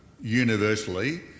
universally